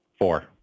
Four